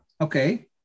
Okay